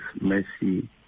mercy